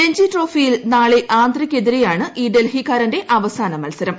രഞ്ജി ട്രോഫിയിൽ നാളെ ആന്ധ്രയ്ക്കെതിരെയാണ് ഈ ഡൽഹിക്കാരന്റെ അവസാനമൽസരം